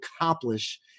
accomplish